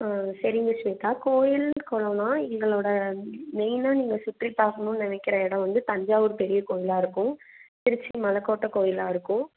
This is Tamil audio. ஆ சரிங்க ஷ்வேதா கோயில் கொளன்னா எங்களோடய மெயினாக நீங்கள் சுற்றி பார்க்கணுன்னு நினைக்கிற இடம் வந்து தஞ்சாவூர் பெரிய கோவிலாக இருக்கும் திருச்சி மலைக் கோட்டை கோயிலாக இருக்கும்